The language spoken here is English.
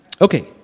Okay